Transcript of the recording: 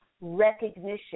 recognition